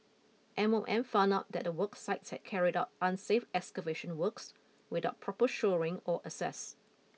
M O M found out that the work site had carried out unsafe excavation works without proper shoring or access